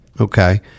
Okay